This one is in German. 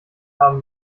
haben